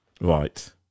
Right